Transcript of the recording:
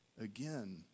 again